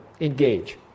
engage